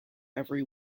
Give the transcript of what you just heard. every